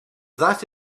that